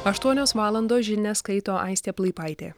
aštuonios valandos žinias skaito aistė plaipaitė